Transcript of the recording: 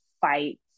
fight